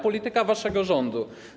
Polityka waszego rządu.